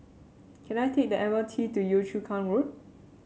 can I take the M R T to Yio Chu Kang Road